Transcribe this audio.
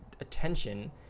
attention